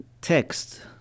text